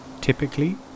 typically